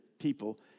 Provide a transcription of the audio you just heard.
people